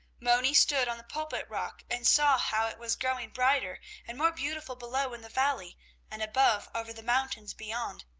moni stood on the pulpit-rock and saw how it was growing brighter and more beautiful below in the valley and above over the mountains beyond.